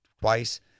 twice